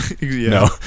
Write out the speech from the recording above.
no